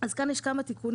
אז כאן יש כמה תיקונים,